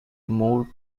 more